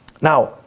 Now